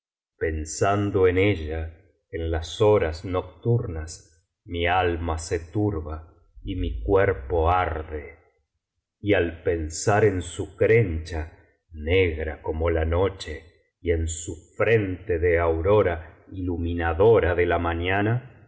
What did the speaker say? pensando en ella en las horas nocturnas mi alma se turba y mi cuerpo arde y al pensar en su crencha negra como la noche y en su frente de aurora iluminadora de la mañana